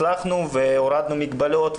הצלחנו והורדנו מגבלות,